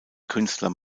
künstler